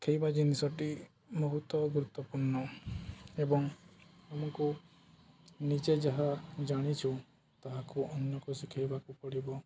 ଶିଖେଇବା ଜିନିଷଟି ବହୁତ ଗୁରୁତ୍ୱପୂର୍ଣ୍ଣ ଏବଂ ଆମକୁ ନିଜେ ଯାହା ଜାଣିଛୁ ତାହାକୁ ଅନ୍ୟକୁ ଶିଖେଇବାକୁ ପଡ଼ିବ